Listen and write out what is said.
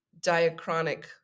diachronic